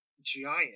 Giant